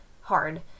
hard